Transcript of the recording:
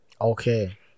Okay